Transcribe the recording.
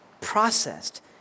processed